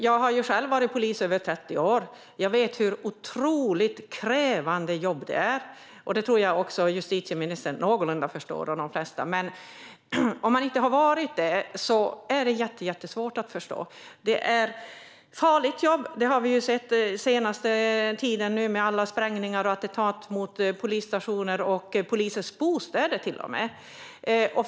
Jag har själv varit polis i över 30 år, och jag vet vilket otroligt krävande jobb det är. Det tror jag att också justitieministern och de flesta andra någorlunda förstår. Men om man inte har varit polis är det svårt att förstå fullt ut. Det är ett farligt jobb, som vi har sett nu under den senaste tiden med alla sprängningar och attentat mot polisstationer och till och med mot polisers bostäder.